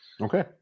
okay